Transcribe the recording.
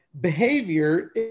behavior